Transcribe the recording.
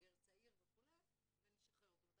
כבוגר צעיר וכו', ונשחרר אותו.